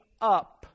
up